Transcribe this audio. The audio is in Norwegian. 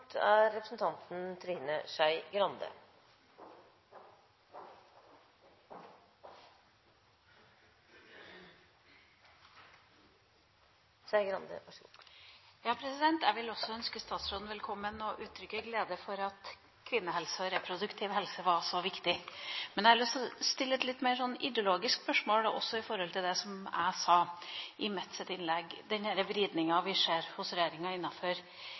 Jeg vil også ønske statsråden velkommen og uttrykker glede for at kvinnehelse og reproduktiv helse er så viktig. Men jeg har lyst til å stille et litt mer ideologisk spørsmål når det gjelder, som jeg sa i mitt innlegg, denne vridninga vi ser hos regjeringa